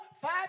five